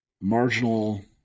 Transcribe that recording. marginal